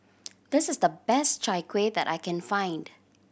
this is the best Chai Kuih that I can find